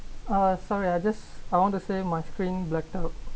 uh sorry I just I want to say my screen blackout